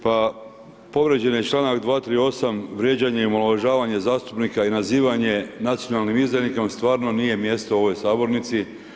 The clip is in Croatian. Pa povrijeđen je članak 238. vrijeđanje i omalovažavanje zastupnika i nazivanje nacionalnim izdajnikom stvarno nije mjesto u ovoj sabornici.